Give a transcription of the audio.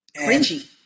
Cringy